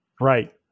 Right